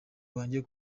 wajye